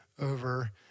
over –